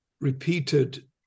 repeated